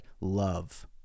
love